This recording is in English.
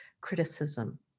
criticism